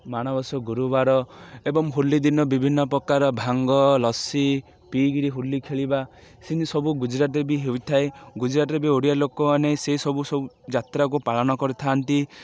ମାଣବସା ଗୁରୁବାର ଏବଂ ହୋଲି ଦିନ ବିଭିନ୍ନ ପ୍ରକାର ଭାଙ୍ଗ ଲସି ପିଇକିରି ହୋଲି ଖେଳିବା ସବୁ ଗୁଜୁରାଟରେ ବି ହେଉଥାଏ ଗୁଜୁରାଟରେ ବି ଓଡ଼ିଆ ଲୋକମାନେ ସେ ସବୁ ସବୁ ଯାତ୍ରାକୁ ପାଳନ କରିଥାନ୍ତି